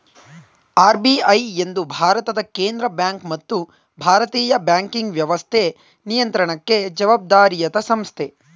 RBI ಎಂದು ಭಾರತದ ಕೇಂದ್ರ ಬ್ಯಾಂಕ್ ಮತ್ತು ಭಾರತೀಯ ಬ್ಯಾಂಕಿಂಗ್ ವ್ಯವಸ್ಥೆ ನಿಯಂತ್ರಣಕ್ಕೆ ಜವಾಬ್ದಾರಿಯತ ಸಂಸ್ಥೆ